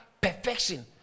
perfection